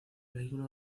vehículo